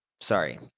sorry